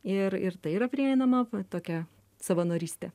ir ir tai yra prieinama va tokia savanorystė